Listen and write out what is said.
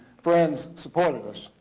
friends, supported us.